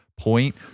point